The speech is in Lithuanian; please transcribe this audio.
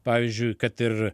pavyzdžiui kad ir